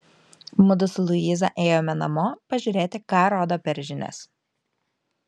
mudu su luiza ėjome namo pažiūrėti ką rodo per žinias